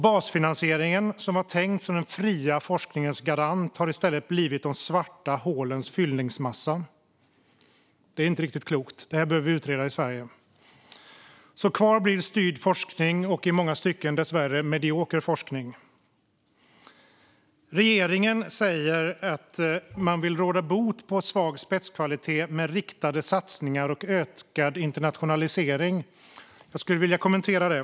Basfinansieringen som var tänkt som den fria forskningens garant har alltså i stället blivit de svarta hålens fyllningsmassa. Det är inte riktigt klokt. Detta behöver vi utreda i Sverige. Kvar blir styrd forskning och i många stycken dessvärre medioker forskning. Regeringen säger att man vill råda bot på svag spetskvalitet med riktade satsningar och ökad internationalisering. Jag skulle vilja kommentera det.